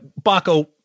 Baco